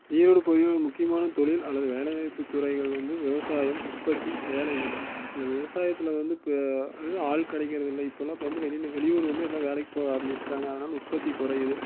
ஈரோடு பகுதியில் ஒரு முக்கியமான தொழில் அல்லது வேலைவாய்ப்பு துறைகள் வந்து விவசாயம் உற்பத்தி சேலைகள் இந்த விவசாயத்தில் வந்து இப்போ அதாவது ஆள் கிடைக்கிறது இல்லை இப்பெல்லாம் வந்து வெளியில வெளியூர் வந்து எல்லாம் வேலைக்கு போக ஆரமிச்சிட்டாங்க அதனால் உற்பத்தி குறையிது